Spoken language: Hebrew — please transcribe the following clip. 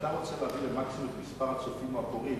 כשאתה רוצה להביא למקסימום את מספר הצופים או הקוראים,